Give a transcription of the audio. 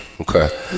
Okay